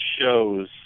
shows